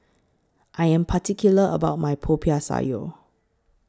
I Am particular about My Popiah Sayur